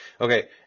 Okay